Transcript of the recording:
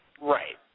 Right